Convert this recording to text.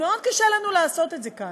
מאוד קשה לנו לעשות כאן,